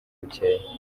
bucyeye